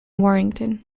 warrington